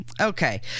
Okay